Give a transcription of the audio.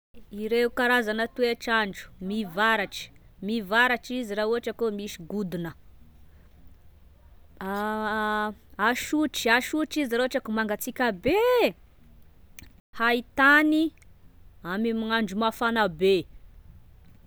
Ireo karazana toetr'andro: mivaratra, mivaratra izy raha ohatra kô misy godona, asotry, asotry izy raha ohatra kô mangasiaka be, hain-tany amin'ny andro mafana be.